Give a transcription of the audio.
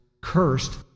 cursed